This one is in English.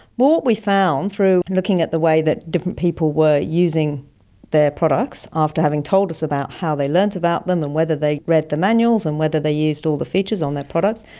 but what we found through looking at the way that different people were using their products after having told us about how they learnt about them and whether they read the manuals and whether they used all the features on their products,